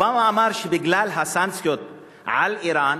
אובמה אמר שבגלל הסנקציות על אירן,